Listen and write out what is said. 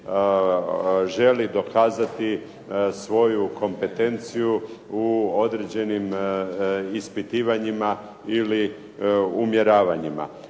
želi dokazati svoju kompetenciju u određenim ispitivanjima ili umjeravanjima.